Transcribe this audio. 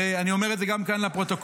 ואני אומר את זה גם כאן לפרוטוקול,